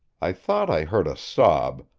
i thought i heard a sob,